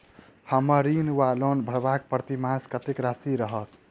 हम्मर ऋण वा लोन भरबाक प्रतिमास कत्तेक राशि रहत?